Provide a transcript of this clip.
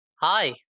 Hi